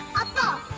and